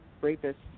rapist